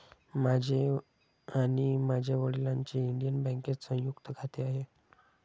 माझे आणि माझ्या वडिलांचे इंडियन बँकेत संयुक्त खाते आहे